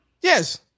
yes